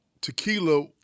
tequila